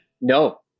No